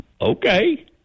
Okay